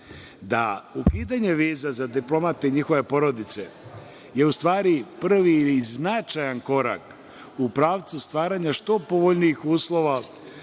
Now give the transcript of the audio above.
da ukidanje viza za diplomate i njihove porodice je u stvari prvi značajan korak u pravcu stvaranja što povoljnijih uslova